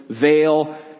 veil